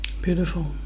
Beautiful